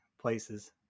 places